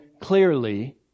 clearly